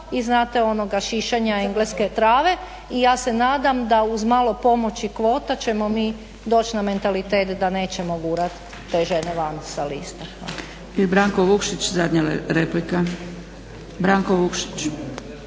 i znate onoga šišanja engleske trave i ja se nadam da uz malo pomoći kvota ćemo mi doći na mentalitet da nećemo gurati te žene van sa lista.